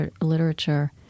literature